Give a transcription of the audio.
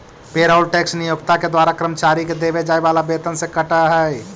payroll tax नियोक्ता के द्वारा कर्मचारि के देवे जाए वाला वेतन से कटऽ हई